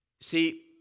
See